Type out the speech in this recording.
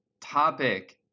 topic